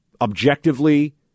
objectively